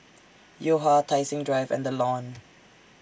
Yo Ha Tai Seng Drive and The Lawn